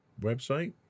website